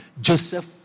Joseph